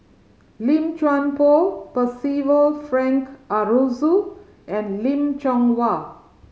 Lim Chuan Poh Percival Frank Aroozoo and Lim Chong Wah